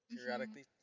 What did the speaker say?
periodically